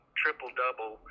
triple-double